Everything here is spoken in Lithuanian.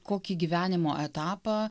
kokį gyvenimo etapą